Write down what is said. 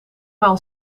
maal